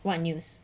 what news